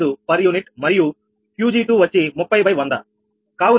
5 per unit మరియు 𝑄𝑔2 వచ్చి 30100కావున 0